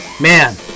man